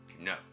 No